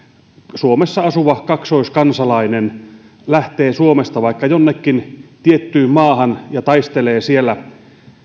suomessa asuva kaksoiskansalainen lähtee suomesta vaikka jonnekin tiettyyn maahan ja taistelee siellä